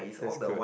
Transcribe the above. that's good